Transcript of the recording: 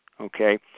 okay